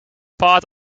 part